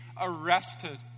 arrested